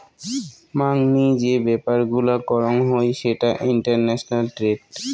মাংনি যে ব্যাপার গুলা করং হই সেটা ইন্টারন্যাশনাল ট্রেড